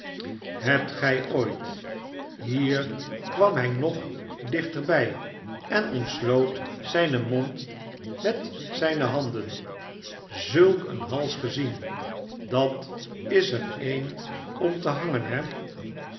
hebt gij ooit hier kwam hij nog dichterbij en omsloot zijn mond met zijne handen szulk een hals gezien dat is er een om te hangen her